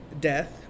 death